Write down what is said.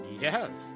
Yes